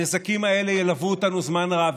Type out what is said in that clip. הנזקים האלה ילוו אותנו זמן רב.